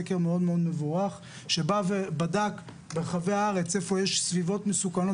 סקר מאוד מאוד מבורך שבא ובדק ברחבי הארץ איפה יש סביבות מסוכנות